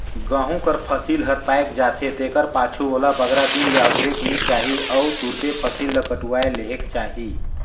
गहूँ कर फसिल हर पाएक जाथे तेकर पाछू ओला बगरा दिन ले अगुरेक नी चाही अउ तुरते फसिल ल कटुवाए लेहेक चाही